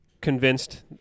convinced